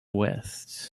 west